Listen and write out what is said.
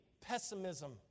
Pessimism